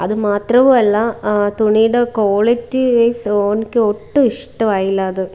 അത് മാത്രവുമല്ല തുണിയുടെ ക്വാളിറ്റി വൈസ് എനിക്ക് ഒട്ടും ഇഷ്ടമായില്ല അത്